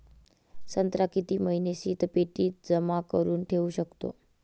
संत्रा किती महिने शीतपेटीत जमा करुन ठेऊ शकतो?